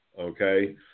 okay